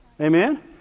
Amen